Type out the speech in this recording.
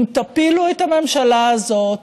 אם תפילו את הממשלה הזאת,